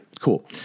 Cool